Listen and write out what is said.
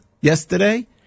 yesterday